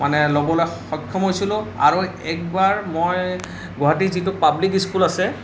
মানে ল'বলৈ সক্ষম হৈছিলোঁ আৰু একবাৰ মই গুৱাহাটীৰ যিটো পাব্লিক স্কুল আছে